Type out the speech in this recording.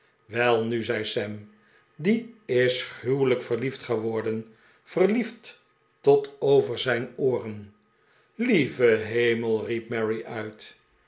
welnu zei sam die is gruwelijk verliefd geworden verliefd tot over zijn ooren lieve hemel riep mary uit